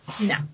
No